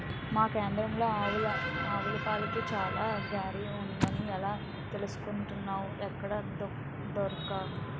మా కేంద్రంలో ఆవుపాలకి చాల గిరాకీ ఉందని ఎలా తెలిసిందనుకున్నావ్ ఎక్కడా దొరక్క